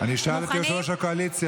אני אשאל את יושב-ראש הקואליציה.